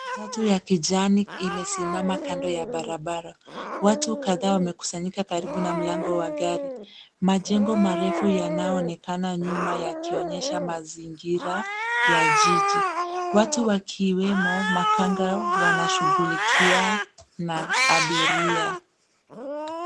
Matatu ya kijani imesimama kando ya barabara. Watu kadhaa wamekusanyika karibu na mlango wa gari. Majengo marefu yanaoonekana nyuma yakionyesha mazingira ya jiji. Watu wakiwemo makanga wanashughulikia maabiria.